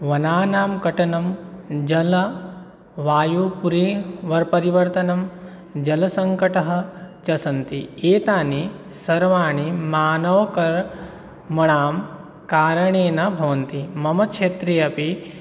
वनानां कटनं जलवायुपुरे वर्परिवर्तनं जलसङ्कटं च सन्ति एतानि सर्वाणि मानवकर्मणा कारणेन भवन्ति मम क्षेत्रे अपि